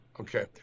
Okay